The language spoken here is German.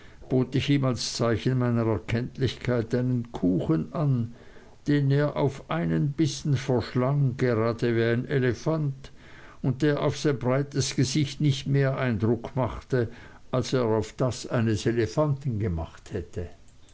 ich ihm als zeichen meiner erkenntlichkeit einen kuchen an den er auf einen bissen verschlang gerade wie ein elefant und der auf sein breites gesicht nicht mehr eindruck machte als er auf das eines elefanten gemacht hätte